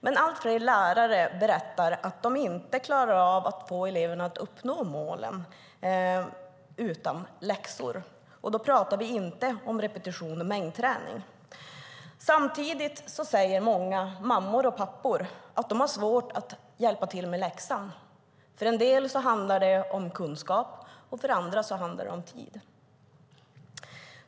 Men allt fler lärare berättar att de inte klarar av att få eleverna att uppnå målen utan läxor, och då pratar vi inte om repetition och mängdträning. Samtidigt säger många mammor och pappor att de har svårt att hjälpa till med läxan. För en del handlar det om kunskap, och för andra handlar det om tid.